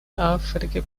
африке